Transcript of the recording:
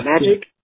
magic